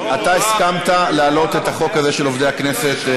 אתה הסכמת להעלות את החוק על עובדי הכנסת?